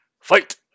fight